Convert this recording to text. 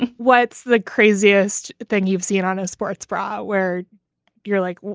and what's the craziest thing you've seen on a sports bra where you're like,